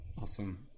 awesome